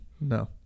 No